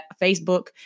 Facebook